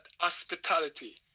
hospitality